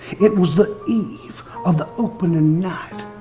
it was the eve of the opening night.